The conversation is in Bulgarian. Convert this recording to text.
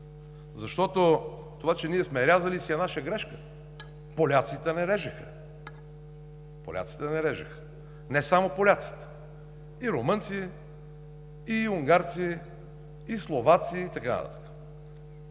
Защото това, че ние сме рязали, си е наша грешка. Поляците не режеха. Не само поляците – и румънци, и унгарци, и словаци, и така нататък.